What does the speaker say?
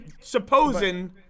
Supposing